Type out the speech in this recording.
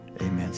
amen